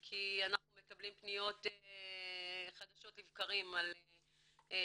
כי אנחנו מקבלים פניות חדשות לבקרים על צעירים